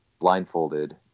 blindfolded